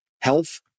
health